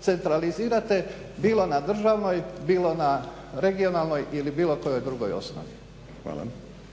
centralizirate bilo na državnoj, bilo na regionalnoj ili na bilo kojoj drugoj osnovi.